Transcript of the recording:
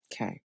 Okay